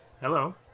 Hello